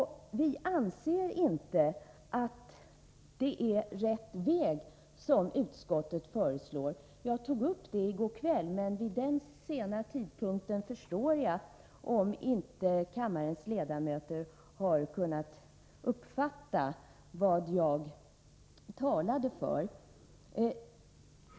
Vi anser inte att utskottet föreslår rätt väg. Jag tog upp den frågan i går kväll, men jag förstår att kammarens ledamöter inte uppfattat vad jag vid den sena tidpunkten talade för.